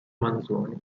manzoni